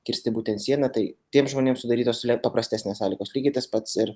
kirsti būtent sieną tai tiem žmonėm sudarytos paprastesnės sąlygos lygiai tas pats ir